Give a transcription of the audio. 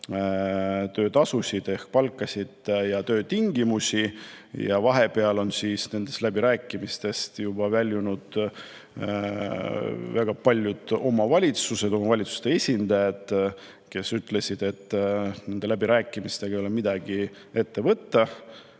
töötasusid ehk palkasid ja töötingimusi. Vahepeal on nendest läbirääkimistest juba väljunud väga paljude omavalitsuste esindajad, kes ütlesid, et nendel läbirääkimistel ei saa midagi ette võtta.